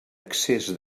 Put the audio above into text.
excés